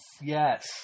Yes